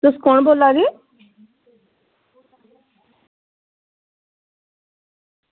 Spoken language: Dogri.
तुस कौन बोला दे